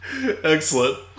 excellent